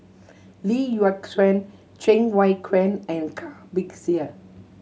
Lee Yock Suan Cheng Wai Keung and Car Bixia